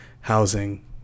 housing